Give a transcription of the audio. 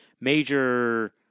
major